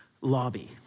lobby